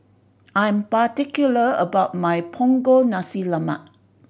I am particular about my Punggol Nasi Lemak